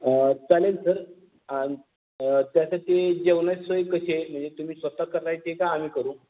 चालेल सर आणि त्यासाठी जेवणाची सोय कशी आहे म्हणजे तुम्ही स्वतः करायची आहे का आम्ही करू